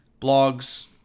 blogs